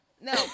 No